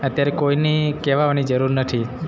અત્યારે કોઈની કહેવાવાની જરૂર નથી